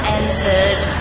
entered